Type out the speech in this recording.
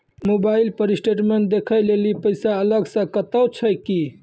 Mobile पर statement देखे लेली पैसा अलग से कतो छै की?